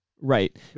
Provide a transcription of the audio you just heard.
Right